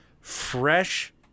fresh